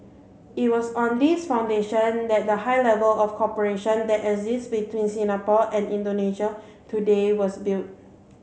it was on this foundation that the high level of cooperation that exists between Singapore and Indonesia today was built